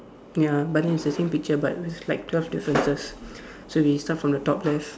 ya but then it's the same picture but it's like twelve differences so we start from the top left